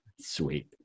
Sweet